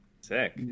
sick